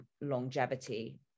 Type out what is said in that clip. longevity